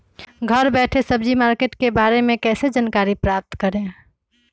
घर बैठे सब्जी मार्केट के बारे में कैसे जानकारी प्राप्त करें?